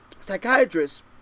Psychiatrists